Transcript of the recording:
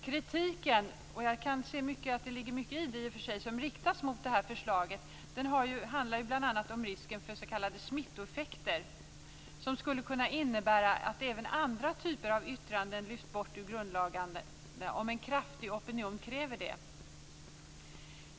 Kritiken som riktas mot förslaget - och jag kan se att det ligger mycket i det - handlar bl.a. om risken för s.k. smittoeffekter. De skulle kunna innebära att även andra typer av yttranden lyfts bort ur grundlagen om en kraftig opinion kräver det.